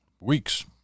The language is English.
weeks